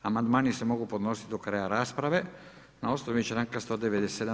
Amandmani se mogu podnositi do kraja rasprave na osnovi članka 197.